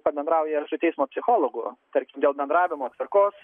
pabendrauja ir su teismo psichologu tarkim dėl bendravimo tvarkos